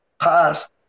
past